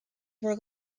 were